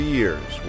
years